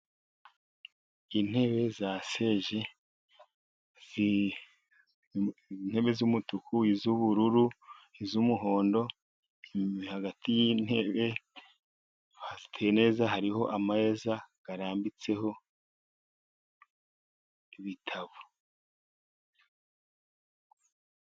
Intebe za sheze, intebe z'umutuku, iz'ubururu, n' iz' umuhondo, hagati y'intebe hateye neza, hariho ameza arambitseho ibitabo.